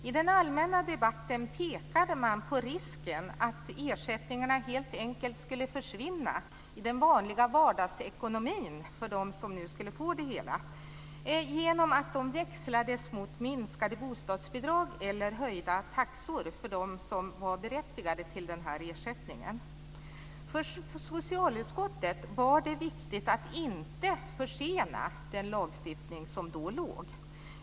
I den allmänna debatten pekade man på risken att ersättningarna helt enkelt skulle försvinna i den vanliga vardagsekonomin genom att växlas mot minskade bostadsbidrag eller höjda taxor för dem som var berättigade till den här ersättningen. För socialutskottet var det viktigt att inte försena den lagstiftning som då skulle beslutas.